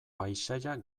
paisaia